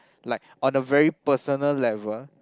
like on a very personal level